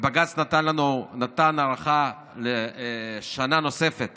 ובג"ץ נתן הארכה של שנה נוספת